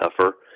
tougher